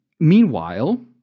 Meanwhile